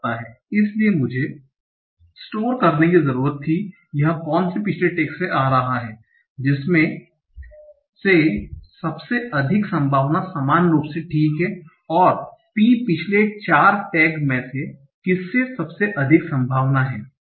इसलिए मुझे स्टोर करने की ज़रूरत थी कि यह कौन से पिछले टैग्स से आ रहा है जिसमें से सबसे अधिक संभावना समान रूप से ठीक है और P पिछले 4 टैग में से किसमें सबसे अधिक संभावना है